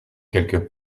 quelque